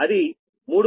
అది 3